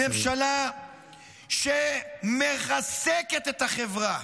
ממשלה שמרסקת את החברה.